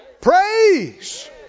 Praise